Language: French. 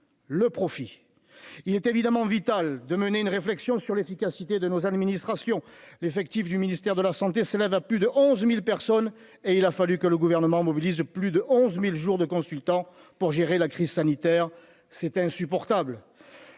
le profit, il est évidemment vital de mener une réflexion sur l'efficacité de nos administrations, l'effectif du ministère de la Santé s'élève à plus de 11000 personnes et il a fallu que le gouvernement mobilise plus de 11000 jours de consultant pour gérer la crise sanitaire, c'était insupportable